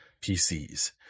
PCs